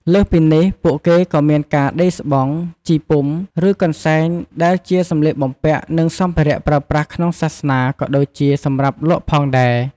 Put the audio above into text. លើសពីនេះ ពួកគេក៏មានការ ដេរស្បង់ ជីពុំ ឬកន្សែង ដែលជាសម្លៀកបំពាក់ និងសម្ភារៈប្រើប្រាស់ក្នុងសាសនា ក៏ដូចជាសម្រាប់លក់ផងដែរ។